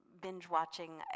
binge-watching